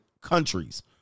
countries